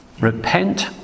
Repent